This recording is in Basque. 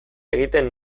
egiten